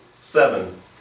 Seven